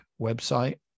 website